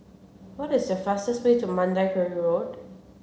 what is the fastest way to Mandai Quarry Road